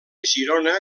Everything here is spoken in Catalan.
girona